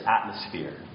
atmosphere